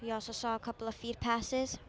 we also saw a couple of feet passes